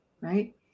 right